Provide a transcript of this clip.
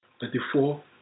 Thirty-four